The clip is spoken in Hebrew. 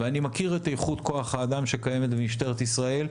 אני מכיר את איכות כוח האדם שקיימת במשטרת ישראל,